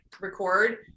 record